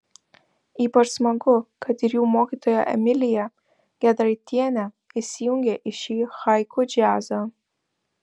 ypač smagu kad ir jų mokytoja emilija gedraitienė įsijungė į šį haiku džiazą